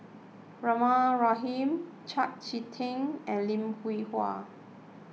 Rahimah Rahim Chau Sik Ting and Lim Hwee Hua